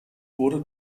wurde